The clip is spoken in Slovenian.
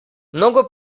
mnogo